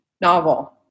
novel